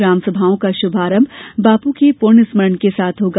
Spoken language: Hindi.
ग्राम सभाओं का शुभारंभ बापू के पुण्य स्मरण के साथ होगा